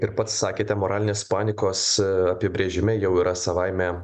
ir pats sakėte moralinės panikos apibrėžime jau yra savaime